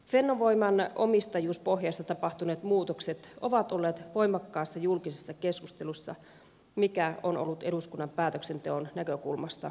fennovoiman omistajuuspohjassa tapahtuneet muutokset ovat olleet voimakkaassa julkisessa keskustelussa mikä on ollut eduskunnan päätöksenteon näkökulmasta hyvä asia